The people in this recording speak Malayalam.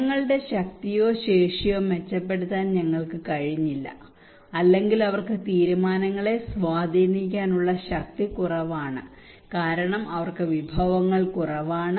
ജനങ്ങളുടെ ശക്തിയോ ശേഷിയോ മെച്ചപ്പെടുത്താൻ ഞങ്ങൾക്ക് കഴിഞ്ഞില്ല അല്ലെങ്കിൽ അവർക്ക് തീരുമാനങ്ങളെ സ്വാധീനിക്കാനുള്ള ശക്തി കുറവാണ് കാരണം അവർക്ക് വിഭവങ്ങൾ കുറവാണ്